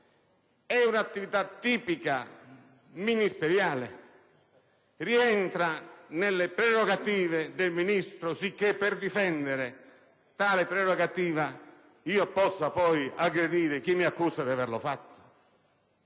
un'attività tipica ministeriale e se rientri nelle prerogative del Ministro, sicché per difendere tale prerogativa gli sia consentito di aggredire chi lo accusa di averlo fatto.